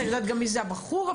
אני יודעת גם מי זה הבחור אפילו.